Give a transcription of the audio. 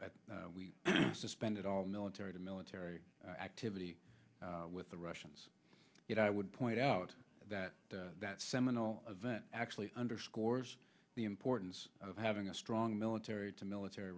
e we suspended all military to military activity with the russians i would point out that that seminal event actually underscores the importance of having a strong military to military